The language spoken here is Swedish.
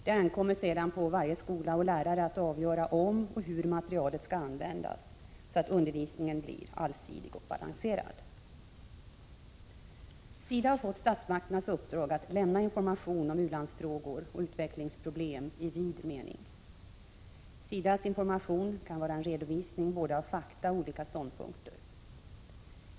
Det ankommer sedan på varje skola och lärare att avgöra om och hur materialet skall användas så att undervisningen blir allsidig och balanserad. SIDA har fått statsmakternas uppdrag att lämna information om ulandsfrågor och utvecklingsproblem i vid mening. SIDA:s information kan vara en redovisning av både fakta och olika ståndpunkter.